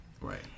Right